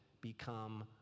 become